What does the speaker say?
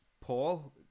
Paul